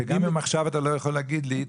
גם אם עכשיו אתה לא יכול להגיד לי,